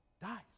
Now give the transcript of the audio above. dies